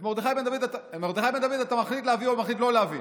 את מרדכי בן דוד אתה מחליט להביא או מחליט לא להביא.